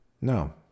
No